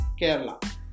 Kerala